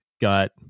got